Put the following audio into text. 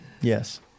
Yes